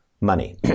money